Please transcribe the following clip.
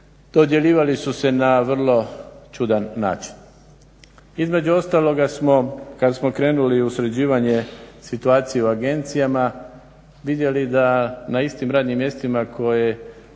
dodjeljivali su se na vrlo čudan način. Između ostaloga smo kad smo krenuli u sređivanje situacije u agencijama vidjeli da na istim radnim mjestima koje